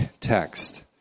text